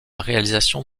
réalisation